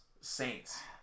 Saints